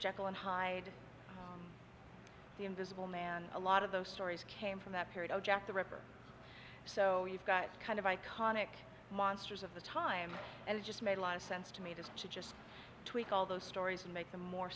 hyde the invisible man a lot of those stories came from that period of jack the ripper so you've got kind of iconic monsters of the time and it just made a lot of sense to me that she just tweak all those stories and make them more